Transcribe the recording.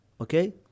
Okay